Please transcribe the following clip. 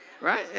Right